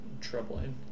troubling